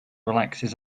relaxes